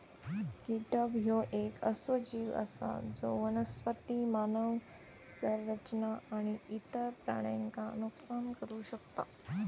कीटक ह्यो येक असो जीव आसा जो वनस्पती, मानव संरचना आणि इतर प्राण्यांचा नुकसान करू शकता